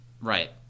Right